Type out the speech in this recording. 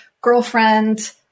girlfriend